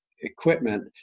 equipment